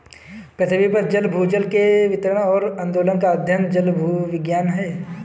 पृथ्वी पर जल भूजल के वितरण और आंदोलन का अध्ययन जलभूविज्ञान है